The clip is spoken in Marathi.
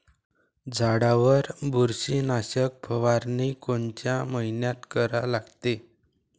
झाडावर बुरशीनाशक फवारनी कोनच्या मइन्यात करा लागते?